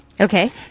Okay